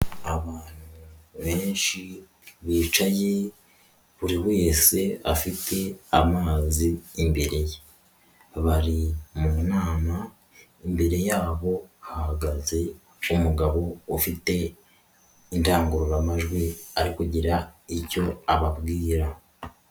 Abantu benshi, bicaye buri wese afite amazi imbere ye. Bari mu nama, imbere yabo hahagaze umugabo ufite indangururamajwi ari kugira icyo ababwira.